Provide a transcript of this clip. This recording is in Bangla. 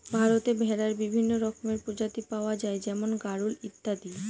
ভারতে ভেড়ার বিভিন্ন রকমের প্রজাতি পাওয়া যায় যেমন গাড়োল ইত্যাদি